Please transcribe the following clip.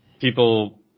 people